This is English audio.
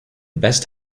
best